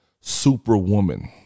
Superwoman